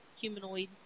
humanoid